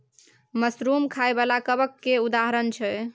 mushroom खाइ बला कबक केर उदाहरण छै